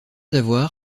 avoir